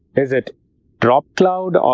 is it drop cloud